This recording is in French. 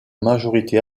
majorité